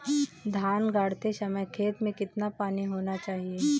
धान गाड़ते समय खेत में कितना पानी होना चाहिए?